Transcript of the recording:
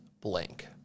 blank